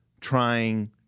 trying